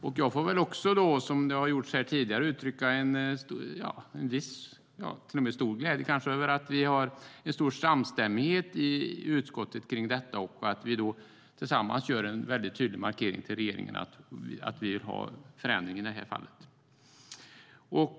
Också jag får väl som har gjorts här tidigare uttrycka viss eller kanske till och med stor glädje över att vi har stor samstämmighet i utskottet om detta och att vi tillsammans gör en tydlig markering mot regeringen att vi vill ha förändring i det här fallet.